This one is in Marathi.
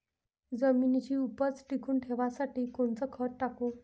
जमिनीची उपज टिकून ठेवासाठी कोनचं खत टाकू?